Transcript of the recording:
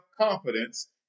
confidence